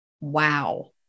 wow